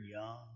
young